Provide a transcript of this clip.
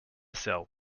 sell